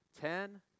Ten